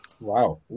Wow